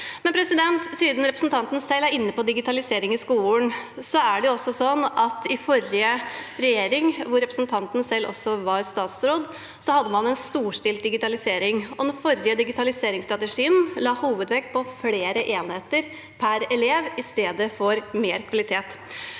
siden representanten selv er inne på digitalisering i skolen, er det også sånn at den forrige regjeringen, hvor representanten selv var statsråd, hadde en storstilt digitalisering. Den forrige digitaliseringsstrategien la hovedvekt på flere enheter per elev i stedet for mer kvalitet.